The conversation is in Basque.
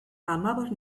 hamabost